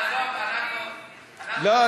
לא,